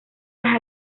las